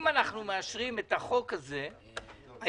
אם אנחנו מאשרים את החוק הזה היום,